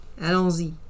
Allons-y